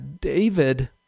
David